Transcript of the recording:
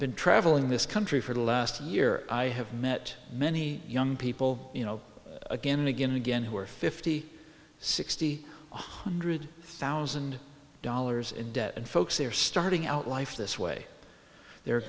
been traveling this country for the last year i have met many young people you know again and again and again who are fifty sixty one hundred thousand dollars in debt and folks they're starting out life this way they're